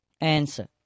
Answer